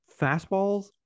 Fastballs